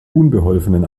unbeholfenen